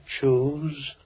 choose